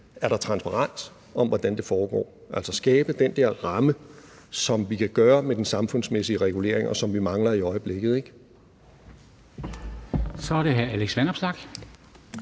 en regulering, ville vi skulle skabe den der ramme, som vi kan gøre med den samfundsmæssige regulering, og som vi mangler i øjeblikket,